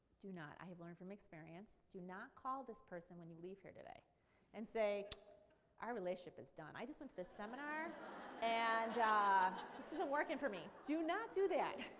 do not, i have learned from experience, do not call this person when you leave here today and say our relationship is done. i just went to this seminar and this isn't working for me. do not do that.